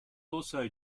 also